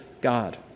God